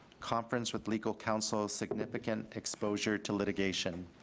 conference with legal counsel significant exposure to litigation.